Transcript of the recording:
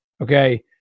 okay